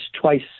twice